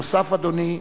נוסף על כך, אדוני,